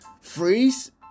freeze